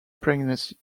pregnancy